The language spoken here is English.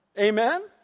Amen